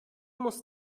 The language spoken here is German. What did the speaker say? muss